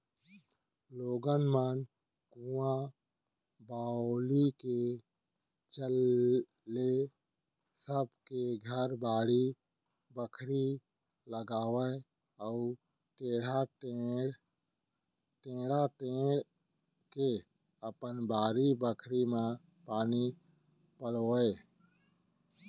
लोगन मन कुंआ बावली के चल ले सब के घर बाड़ी बखरी लगावय अउ टेड़ा टेंड़ के अपन बारी बखरी म पानी पलोवय